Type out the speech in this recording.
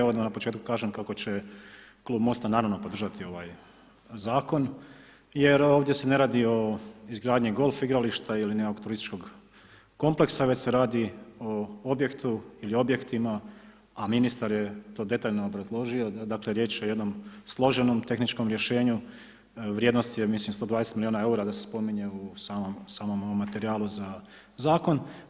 Evo odmah na početku da kažem kako će Klub MOST-a naravno podržati ovaj Zakon, jer ovdje se ne radi o izgradnji golf igrališta ili nekog turističkog kompleksa, već se radi o objektu ili objektima, a ministar je to detaljno obrazložio, dakle, riječ je o jednom složenom tehničkom rješenju, vrijednost je mislim 120 milijuna EUR-a da se spominje u samom ovom materijalu za Zakon.